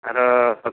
ଏହାର